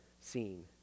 seen